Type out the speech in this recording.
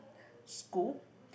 school